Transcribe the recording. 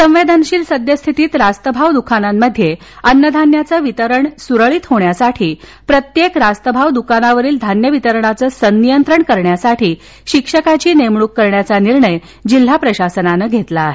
संवेदनशील सद्यस्थितीत रास्तभाव दुकानांमध्ये अन्नधान्याचं वितरण सुरळीत होण्यासाठी प्रत्येक रास्तभाव दुकानावरील धान्य वितरणाचं संनियंत्रण करण्यासाठी शिक्षकाची नेमणूक करण्याचा निर्णय जिल्हा प्रशासनाने घेतला आहे